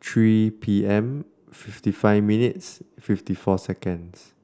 three P M fifty five minutes fifty four seconds